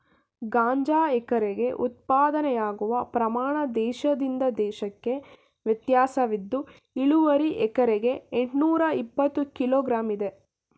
ಗಾಂಜಾ ಎಕರೆಗೆ ಉತ್ಪಾದನೆಯಾಗುವ ಪ್ರಮಾಣ ದೇಶದಿಂದ ದೇಶಕ್ಕೆ ವ್ಯತ್ಯಾಸವಿದ್ದು ಇಳುವರಿ ಎಕರೆಗೆ ಎಂಟ್ನೂರಇಪ್ಪತ್ತು ಕಿಲೋ ಗ್ರಾಂ ಇದೆ